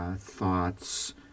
thoughts